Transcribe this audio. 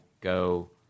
go